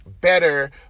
better